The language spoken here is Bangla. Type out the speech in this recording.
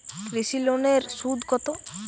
কৃষি লোনের সুদ কত?